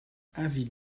avis